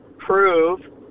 Prove